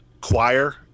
choir